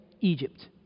Egypt